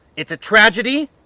it's a tragedy.